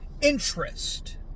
interest